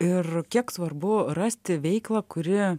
ir kiek svarbu rasti veiklą kurį